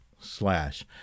slash